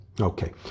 Okay